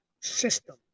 system